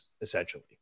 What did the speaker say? essentially